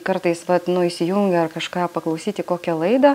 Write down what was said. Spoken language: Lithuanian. kartais vat nu įsijungiu ar kažką paklausyti kokią laidą